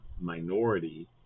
minority